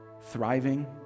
thriving